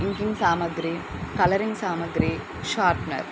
inking సామగ్రి colouring సామాగ్రి sharpener